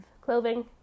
clothing